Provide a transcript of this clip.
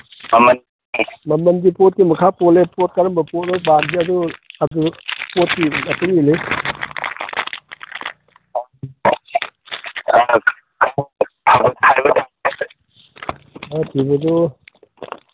ꯃꯃꯟꯗꯤ ꯄꯣꯠꯀꯤ ꯃꯈꯥ ꯄꯣꯜꯂꯦ ꯄꯣꯠ ꯀꯔꯝꯕ ꯄꯣꯠꯅꯣ ꯄꯥꯝꯃꯤꯁꯦ ꯑꯗꯨ ꯑꯗꯨ ꯄꯣꯠꯀꯤ ꯃꯇꯨꯡ ꯏꯟꯂꯤ ꯀꯨꯟꯊ꯭ꯔꯥ ꯄꯤꯕꯗꯨ